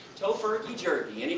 tofurky jerky!